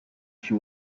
she